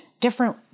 different